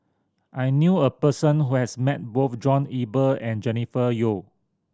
I knew a person who has met both John Eber and Jennifer Yeo